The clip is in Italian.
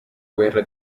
guerra